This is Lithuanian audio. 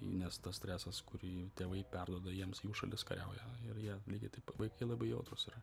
nes tas stresas kurį tėvai perduoda jiems jų šalis kariauja ir jie lygiai taip vaikai labai jautrūs yra